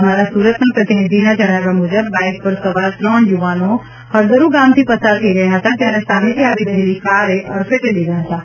અમારા સુરતના પ્રતિનિધિના જણાવ્યા મુજબ બાઇક પર સવાર ત્રણ યુવાનો હળદરૂ ગામથી પસાર થઇ રહ્યા હતા ત્યારે સામેથી આવી રહેલી કારે અડફેટે લીધા હતાં